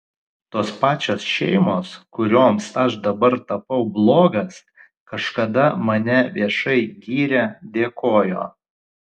tos pačios šeimos kurioms aš dabar tapau blogas kažkada mane viešai gyrė dėkojo